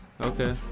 Okay